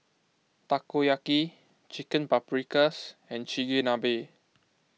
Takoyaki Chicken Paprikas and Chigenabe